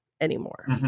anymore